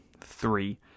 three